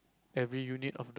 every unit